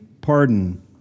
pardon